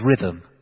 rhythm